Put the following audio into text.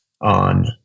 on